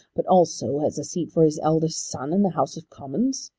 but also has a seat for his eldest son in the house of commons?